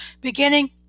beginning